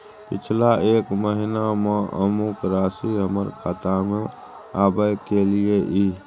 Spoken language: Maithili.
पिछला एक महीना म अमुक राशि हमर खाता में आबय कैलियै इ?